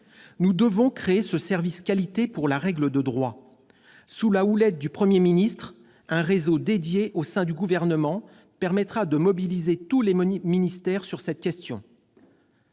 Nous devons créer ce service qualité pour la règle de droit. Sous la houlette du Premier ministre, un réseau dédié au sein du Gouvernement mobilisera tous les ministères sur cette question